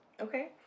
Okay